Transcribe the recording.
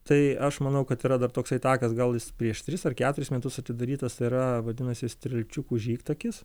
tai aš manau kad yra dar toksai takas gal prieš tris ar keturis metus atidarytas tai yra vadinasi strielčiukų žygtakis